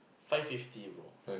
five fifty bro